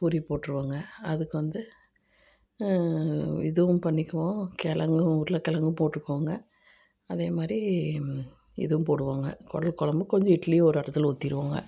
பூரி போட்டுடுவோங்க அதுக்கு வந்து இதுவும் பண்ணிக்குவோம் கிழங்கும் உருளக்கிழங்கும் போட்டுக்குவோங்க அதே மாதிரி இதுவும் போடுவோங்க குடல் குழம்பும் கொஞ்சம் இட்லியும் ஒரு இடத்துல ஊற்றிருவோங்க